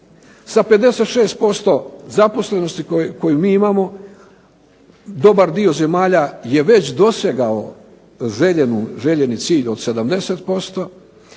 Sa 56% zaposlenosti koju mi imamo dobar dio zemalja je već dosegao željeni cilj od 70%,